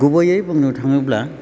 गुबैयै बुंनो थाङोब्ला